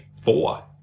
four